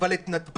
אבל את נתב"ג